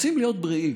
רוצים להיות בריאים.